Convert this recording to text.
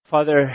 Father